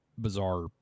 bizarre